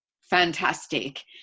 fantastic